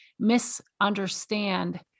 misunderstand